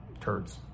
turds